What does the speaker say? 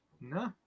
No